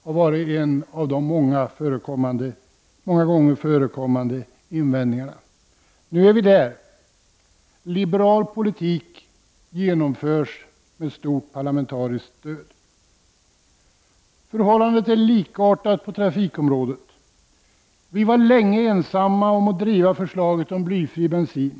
Det har varit en av många förekommande invändningar. Nu är vi där. Liberal politik genomförs med stort parlamentariskt stöd. Förhållandet är likartat på trafikområdet. Vi var länge ensamma om att driva förslaget om blyfri bensin.